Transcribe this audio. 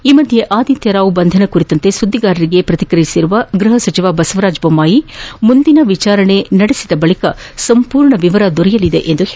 ಈ ಮಧ್ಯೆ ಆದಿತ್ಯ ರಾವ್ ಬಂಧನ ಕುರಿತಂತೆ ಸುದ್ದಿಗಾರರಿಗೆ ಪ್ರತಿಕ್ರಿಯಿಸಿದ ಗೃಹ ಸಚಿವ ಬಸವರಾಜ್ ಬೊಮ್ಮಾಯಿ ಮುಂದಿನ ವಿಚಾರಣೆ ನಡೆಸಿದ ಬಳಿಕ ಸಂಪೂರ್ಣ ವಿವರ ದೊರೆಯಲಿದೆ ಎಂದರು